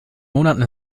monaten